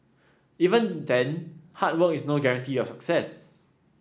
even then hard work is no guarantee of success